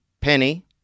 penny